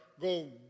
go